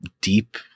deep